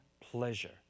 pleasure